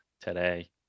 today